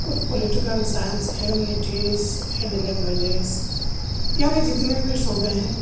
کچھ political science humanities and languages یعنی جتنے بھی شعبے ہیں